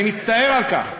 אני מצטער על כך,